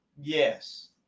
yes